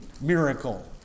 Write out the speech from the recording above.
miracle